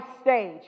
stage